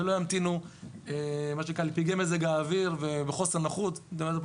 ולא ימתינו בפגעי מזג האוויר ובחוסר נוחות.